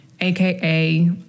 aka